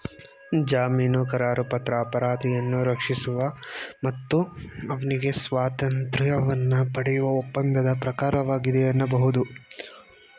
ಜಾಮೀನುಕರಾರುಪತ್ರ ಅಪರಾಧಿಯನ್ನ ರಕ್ಷಿಸುವ ಮತ್ತು ಅವ್ನಿಗೆ ಸ್ವಾತಂತ್ರ್ಯವನ್ನ ಪಡೆಯುವ ಒಪ್ಪಂದದ ಪ್ರಕಾರವಾಗಿದೆ ಎನ್ನಬಹುದು